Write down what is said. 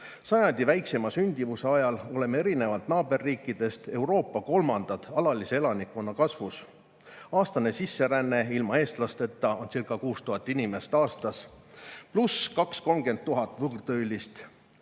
Sajandi väikseima sündimuse ajal oleme erinevalt naaberriikidest Euroopa kolmandad alalise elanikkonna kasvus. Aastane sisseränne ilma eestlasteta oncirca6000 inimest aastas, pluss 20 000 – 30 000 võõrtöölist.